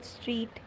Street